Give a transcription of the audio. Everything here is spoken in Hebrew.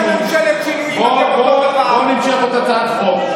אמרתם ממשלת שינוי, בוא נמשוך את הצעת החוק.